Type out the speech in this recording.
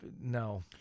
no